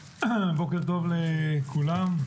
בוקר טוב לכולם.